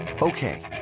Okay